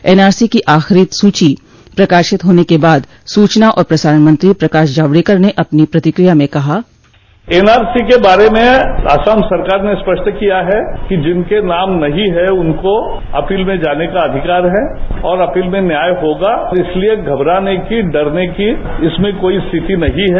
NRC की आखिरी सूची प्रकाशित होने के बाद सूचना और प्रसारण मंत्री प्रकाश जावड़ेकर ने अपनी प्रतिक्रिया में कहा है एनआरसी के बारे में असम सरकार ने स्पष्ट किया है कि जिनके नाम नहीं हैं उनको अपील में जाने का अधिकार है और अपील में न्याय होगा और इसलिए घबराने की डरने की इसमें कोई स्थिति नहीं है